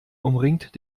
umringt